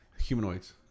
Humanoids